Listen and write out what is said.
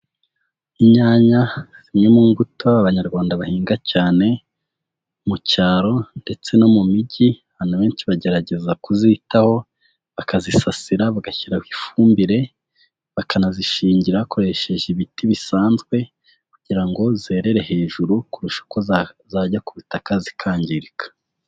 Inyanya zimwe mu mbuto Abanyarwanda bahinga cyane, mu cyaro ndetse no mu mijyi, abantu benshi bagerageza kuzitaho bakazisasira bagashyiraho ifumbire, bakanazishingira bakoresheje ibiti bisanzwe kugira ngo zerere hejuru kurusha uko zajya ku butaka zikangirika.